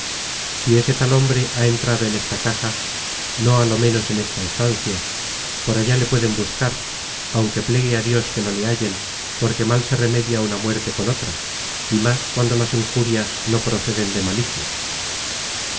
si ese tal hombre ha entrado en esta casa no á lo menos en esta estancia por allá le pueden buscar aunque plegue á dios que no le hallen porque mal se remedia una muerte con otra y más cuando las injurias no proceden de malicia